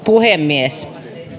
puhemies